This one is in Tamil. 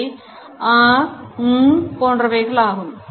அவை aaa ummm போன்றவைகளாகும்